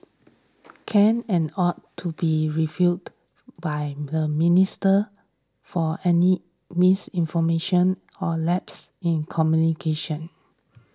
can and ought to be refuted by the minister for any misinformation or lapses in communication